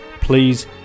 Please